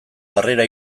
harrera